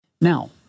Now